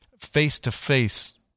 face-to-face